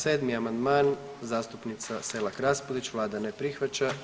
7. amandman, zastupnica Selak Raspudić, Vlada ne prihvaća.